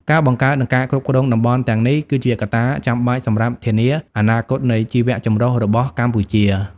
ការបង្កើត និងការគ្រប់គ្រងតំបន់ទាំងនេះ គឺជាកត្តាចាំបាច់សម្រាប់ធានាអនាគតនៃជីវៈចម្រុះរបស់កម្ពុជា។